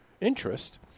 interest